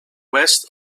west